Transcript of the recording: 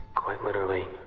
quite literally,